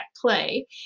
play